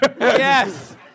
Yes